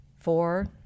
Four